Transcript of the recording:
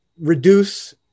reduce